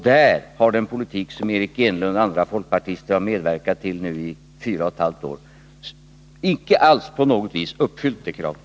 Den politik som Eric Enlund och andra folkpartister har medverkat till i fyra och ett halvt år har icke på något vis uppfyllt det kravet.